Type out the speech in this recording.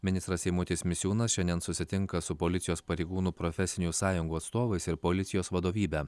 ministras eimutis misiūnas šiandien susitinka su policijos pareigūnų profesinių sąjungų atstovais ir policijos vadovybe